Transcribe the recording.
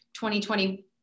2020